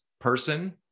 person